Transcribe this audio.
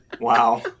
Wow